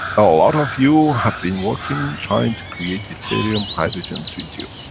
a lot of you have been working, trying to create deuterium, hydrogen, tritium.